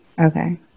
Okay